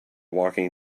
walking